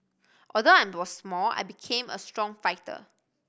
although I was small I became a strong fighter